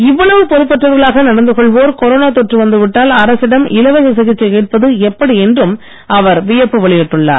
இவ்வளவு பொறுப்பற்றவர்களாக நடந்து கொள்வோர் கொரோனா தொற்று வந்து விட்டால் அரசிடம் இலவச சிகிச்சை கேட்பது எப்படி என்றும் அவர் வியப்பு வெளியிட்டுள்ளார்